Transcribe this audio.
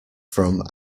from